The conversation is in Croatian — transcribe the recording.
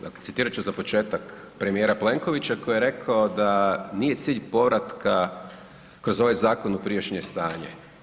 Dakle, citirat ću za početak premijera Plenkovića koji je rekao da nije cilj povratka kroz ovaj zakon u prijašnje stanje.